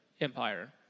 Empire